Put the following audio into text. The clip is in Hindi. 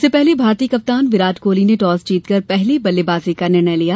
इससे पहले भारतीय कप्तान विराट कोहली ने टॉस जीतकर पहले बल्लेबाजी का निर्णय लिया